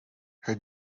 her